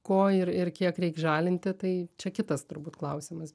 ko ir ir kiek reik žalinti tai čia kitas turbūt klausimas